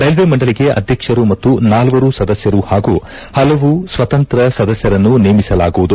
railway ಮಂಡಳಿಗೆ ಅಧ್ಯಕ್ಷರು ಮತ್ತು ನಾಲ್ವರು ಸದಸ್ಯರು ಹಾಗೂ ಹಲವು ಸ್ವತಂತ್ರ ಸದಸ್ಯರನ್ನು ನೇಮಿಸಲಾಗುವುದು